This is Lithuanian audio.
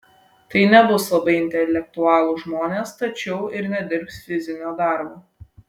tai nebus labai intelektualūs žmonės tačiau ir nedirbs fizinio darbo